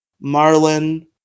Marlin